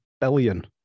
billion